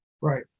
Right